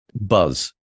buzz